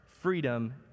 freedom